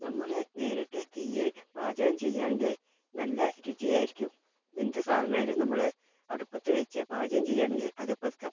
നമ്മുടെ നേരിട്ട് തീയിൽ പാചകം ചെയ്യുകയാണെങ്കിൽ നല്ല രുചി ആയിരിക്കും എന്തുസാധനം ആയാലും നമ്മൾ അടുപ്പത്ത് വെച്ച് പാചകം ചെയ്യുകയാണെങ്കിൽ അത് പതുക്കെ